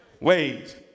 ways